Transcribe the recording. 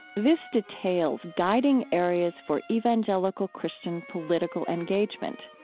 this details guiding areas for evangelical christian political engagement.